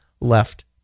left